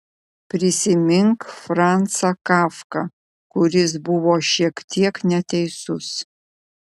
prisimink francą kafką kuris buvo šiek tiek neteisus